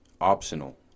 Optional